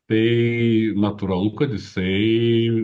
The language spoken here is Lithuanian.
tai natūralu kad jisai